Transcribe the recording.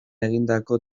egindako